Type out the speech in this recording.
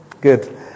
Good